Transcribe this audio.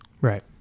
Right